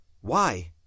Why